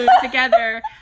together